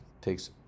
takes